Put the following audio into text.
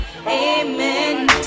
Amen